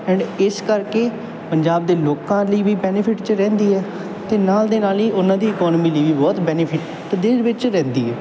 and ਇਸ ਕਰਕੇ ਪੰਜਾਬ ਦੇ ਲੋਕਾਂ ਲਈ ਵੀ ਬੈਨੀਫਿਟ 'ਚ ਰਹਿੰਦੀ ਹੈ ਅਤੇ ਨਾਲ ਦੇ ਨਾਲ ਹੀ ਉਹਨਾਂ ਦੀ ਇਕੋਨਮੀ ਲਈ ਵੀ ਬਹੁਤ ਬੈਨੀਫਿਟ ਦੇ ਵਿੱਚ ਰਹਿੰਦੀ ਹੈ